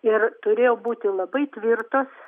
ir turėjo būti labai tvirtos